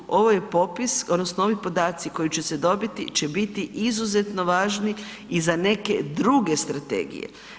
Ovo su, ovo je popis, odnosno ovi podaci koji će se dobiti će biti izuzetno važni i za neke druge strategije.